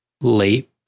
late